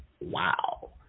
wow